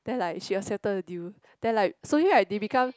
then like she accepted the deal then like slowly right they become